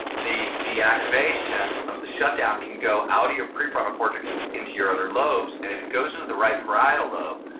the the activation the shutdown can go out of your prefrontal cortex and into your other lobes. and if it goes into the right parietal lobe,